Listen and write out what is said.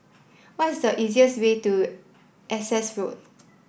what is the easiest way to Essex Road